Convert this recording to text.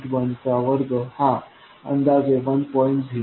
1 चा वर्ग हा अंदाजे 1